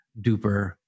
duper